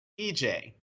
EJ